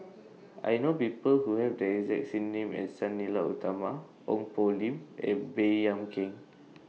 I know People Who Have The exact name as Sang Nila Utama Ong Poh Lim and Baey Yam Keng